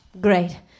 Great